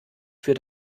für